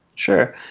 sure.